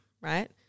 right